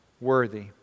worthy